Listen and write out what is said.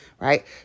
right